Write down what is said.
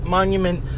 Monument